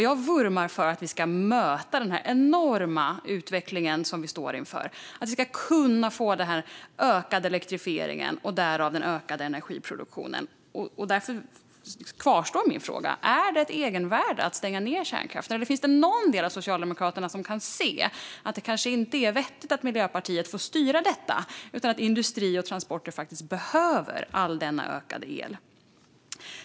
Jag vurmar för att vi ska möta den enorma utveckling vi står inför, att vi ska kunna öka elektrifieringen och öka energiproduktionen. Därför kvarstår min fråga: Är det ett egenvärde att stänga ned kärnkraften? Eller finns det någon del av Socialdemokraterna som kan se att det kanske inte är vettigt att Miljöpartiet får styra detta utan att industri och transporter faktiskt behöver mer el?